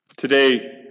Today